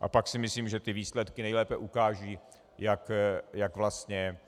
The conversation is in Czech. A pak si myslím, že ty výsledky nejlépe ukážou, jak vlastně